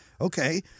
okay